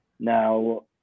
Now